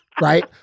Right